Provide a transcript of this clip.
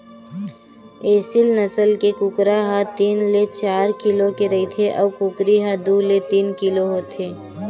एसील नसल के कुकरा ह तीन ले चार किलो के रहिथे अउ कुकरी ह दू ले तीन किलो होथे